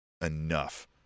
enough